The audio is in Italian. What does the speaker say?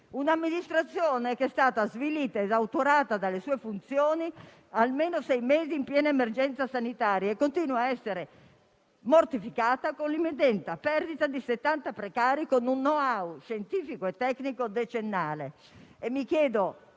Un'amministrazione che è stata svilita ed esautorata dalle sue funzioni per almeno sei mesi in piena emergenza sanitaria e che continua ad essere mortificata con la perdita di settanta precari con un *know-how* scientifico e tecnico decennale.